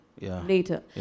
later